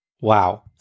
Wow